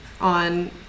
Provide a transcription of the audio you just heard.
on